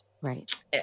Right